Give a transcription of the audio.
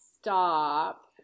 stop